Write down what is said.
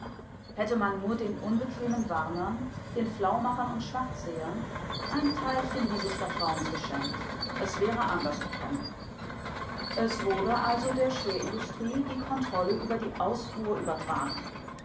hätte man nur den unbequemen warnern den flaumachern und schwarzsehern ein teilchen dieses vertrauens geschenkt es wäre anders gekommen es wurde also der schwerindustrie die kontrolle über die ausfuhr übertragen